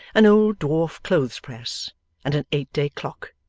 an old dwarf clothes-press and an eight-day clock,